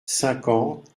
cinquante